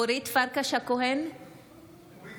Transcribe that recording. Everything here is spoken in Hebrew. אינה